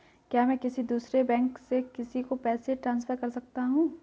क्या मैं किसी दूसरे बैंक से किसी को पैसे ट्रांसफर कर सकता हूँ?